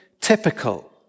typical